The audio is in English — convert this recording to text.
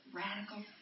radical